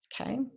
Okay